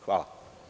Hvala.